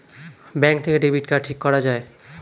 bank থেকে debit card ঠিক করা যায়